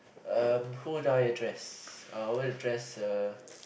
uh pull down a dress I wanna dress a